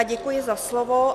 Děkuji za slovo.